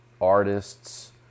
artists